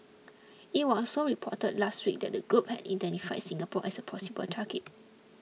it was also reported last week that the group had identified Singapore as a possible target